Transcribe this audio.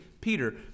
Peter